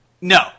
No